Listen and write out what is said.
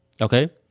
Okay